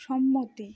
সম্মতি